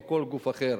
או כל גוף אחר.